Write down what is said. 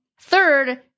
Third